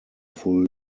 full